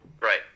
Right